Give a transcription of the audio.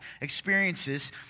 experiences